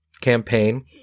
campaign